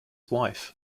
wife